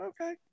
okay